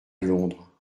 londres